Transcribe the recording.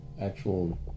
actual